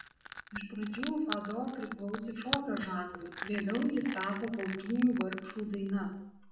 iš pradžių fado priklausė šokio žanrui vėliau jis tapo baltųjų vargšų daina